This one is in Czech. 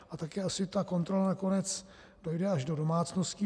A také asi ta kontrola nakonec dojde až do domácností.